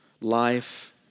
life